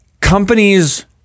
companies